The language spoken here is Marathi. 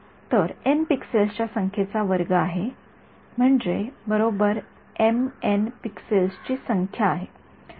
तर एन पिक्सलच्या संख्येचा वर्ग आहे म्हणजे बरोबर एम एन पिक्सल्सची संख्या आहे